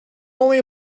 only